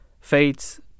faiths